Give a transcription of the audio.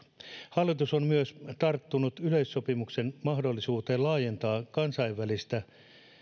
hallitus on myös tarttunut yleissopimuksen mahdollisuuteen laajentaa kansainvälistä